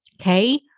Okay